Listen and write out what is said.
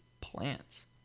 plants